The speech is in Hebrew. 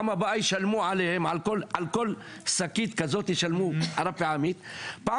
אפשר להפריד הכול.